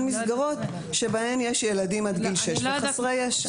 מסגרות שבהן יש ילדים על גיל שש וחסרי ישע.